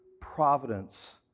providence